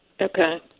Okay